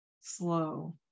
slow